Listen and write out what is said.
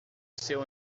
seu